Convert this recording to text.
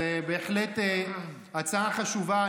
זאת בהחלט הצעה חשובה.